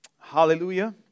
Hallelujah